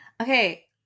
Okay